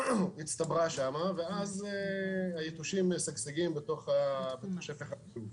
שהצטברה שם ואז היתושים משגשגים בשטח.